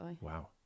Wow